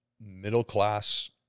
middle-class